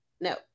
no